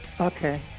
Okay